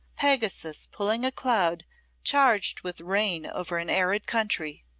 pegasus pulling a cloud charged with rain over an arid country!